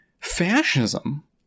Fascism